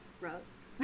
Rose